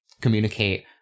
communicate